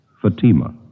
Fatima